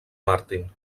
martin